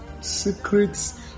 Secrets